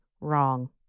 wrong